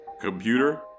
Computer